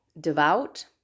devout